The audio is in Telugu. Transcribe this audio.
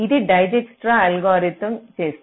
ఇది డైజ్క్స్ట్రా అల్గోరిథంdijkstra's algorithm చేస్తుంది